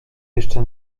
jeszcze